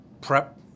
prep